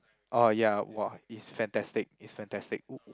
orh ya !wah! it's fantastic it's fantastic